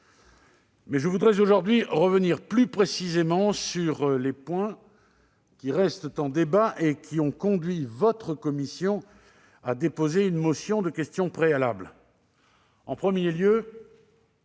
Mais je voudrais aujourd'hui revenir plus précisément sur les points qui restent en débat et qui ont conduit votre commission à déposer une motion tendant à opposer la question préalable. En premier lieu,